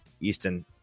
Easton